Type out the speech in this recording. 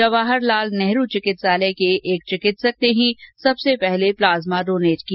जवाहर लाल नेहरू चिकित्सालय के एक चिकित्सक ने ही सबसे पहले प्लाज़्मा डोनेट किया